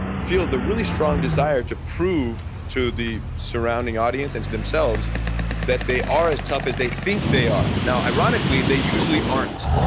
feel the really strong desire to prove to the surrounding audience and to themselves that they are as tough as they think they are now, ironically they usually aren't.